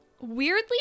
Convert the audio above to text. weirdly